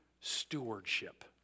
stewardship